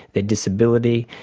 their disability,